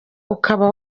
ukaba